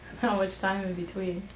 much time in between.